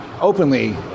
openly